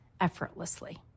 effortlessly